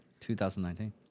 2019